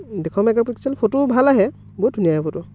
দুশ megapixel photo ভাল আহে বহুত ধুনীয়া আহে ফটো